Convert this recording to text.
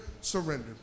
surrender